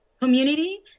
community